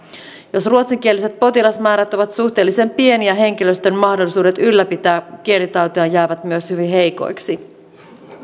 jos ruotsinkieliset potilasmäärät ovat suhteellisen pieniä henkilöstön mahdollisuudet ylläpitää kielitaitoa jäävät myös hyvin heikoiksi